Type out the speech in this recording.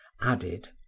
added